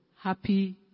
happy